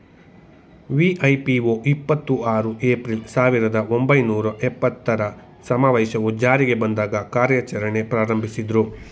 ವಿ.ಐ.ಪಿ.ಒ ಇಪ್ಪತ್ತು ಆರು ಏಪ್ರಿಲ್, ಸಾವಿರದ ಒಂಬೈನೂರ ಎಪ್ಪತ್ತರ ಸಮಾವೇಶವು ಜಾರಿಗೆ ಬಂದಾಗ ಕಾರ್ಯಾಚರಣೆ ಪ್ರಾರಂಭಿಸಿದ್ರು